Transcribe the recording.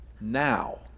now